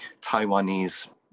Taiwanese